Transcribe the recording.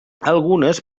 algunes